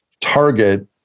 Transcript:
target